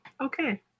Okay